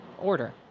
order